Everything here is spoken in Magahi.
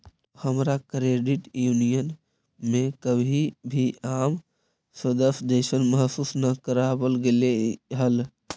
हमरा क्रेडिट यूनियन में कभी भी आम सदस्य जइसन महसूस न कराबल गेलई हल